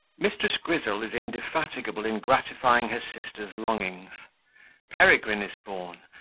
mrs. grizzle is indefatigable in gratifying her sister's longings peregrine is born,